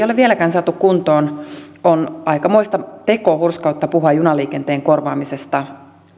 ole vieläkään saatu kuntoon on aikamoista tekohurskautta puhua junaliikenteen korvaamisesta